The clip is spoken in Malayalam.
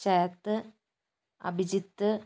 ശരത്ത് അഭിജിത്ത്